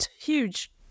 huge